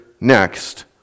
next